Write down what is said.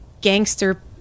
gangster